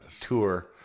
tour